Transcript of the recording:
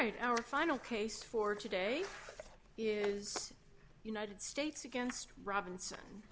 right our final case for today is united states against robinson